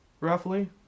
roughly